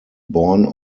borne